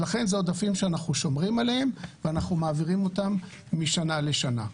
לכן זה עודפים שאנחנו שומרים עליהם ואנחנו מעבירים אותם משנה לשנה.